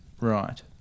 Right